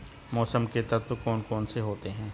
मौसम के तत्व कौन कौन से होते हैं?